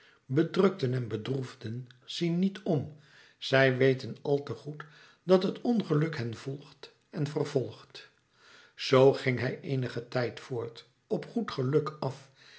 bedrukten en bedroefden zien niet om zij weten al te goed dat het ongeluk hen volgt en vervolgt zoo ging hij eenigen tijd voort op goed geluk af